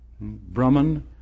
Brahman